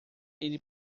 ele